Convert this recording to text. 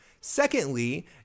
Secondly